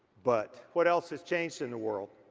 but, what else has changed in the world?